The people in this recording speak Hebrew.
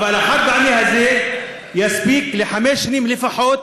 אבל החד-פעמי הזה יספיק לחמש שנים לפחות